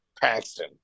Paxton